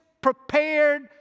prepared